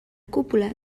cúpula